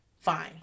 Fine